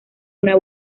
una